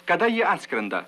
kada jie atskrenda